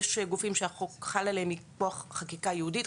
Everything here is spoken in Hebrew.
יש גופים שהחוק חל עליהם מכוח חקיקה ייעודית,